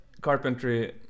carpentry